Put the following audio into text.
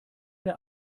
der